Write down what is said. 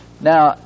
Now